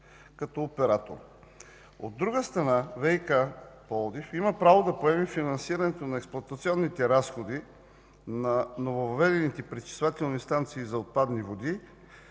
като оператор. От друга страна ВиК – Пловдив, има право да поеме финансирането на експлоатационните разходи на нововъведените пречиствателни станции за отпадни води